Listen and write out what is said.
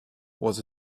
was